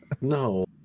No